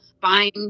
buying